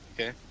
Okay